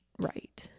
right